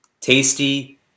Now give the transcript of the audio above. tasty